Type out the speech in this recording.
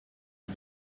you